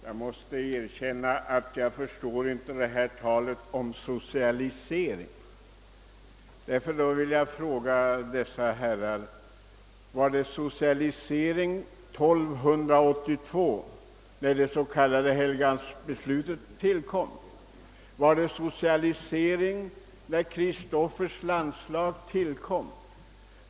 Herr talman! Jag förstår inte detta tal om socialisering. Var det socialisering år 1282, när det s.k. Helgeandsbeslutet tillkom? Var det socialisering när Kristofers landslag tillkom?